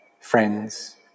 friends